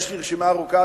יש לי רשימה ארוכה,